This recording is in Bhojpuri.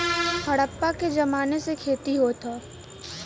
हड़प्पा के जमाने से खेती होत हौ